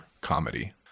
comedy